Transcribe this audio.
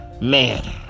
Man